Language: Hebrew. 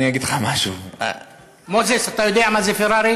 אני אגיד לך משהו, מוזס, אתה יודע מה זה פרארי?